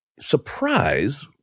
surprise